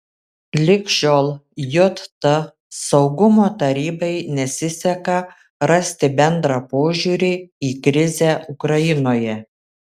lig šiol jt saugumo tarybai nesiseka rasti bendrą požiūrį į krizę ukrainoje